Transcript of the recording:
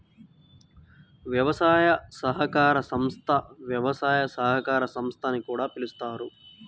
వ్యవసాయ సహకార సంస్థ, వ్యవసాయ సహకార సంస్థ అని కూడా పిలుస్తారు